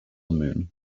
moon